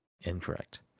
Incorrect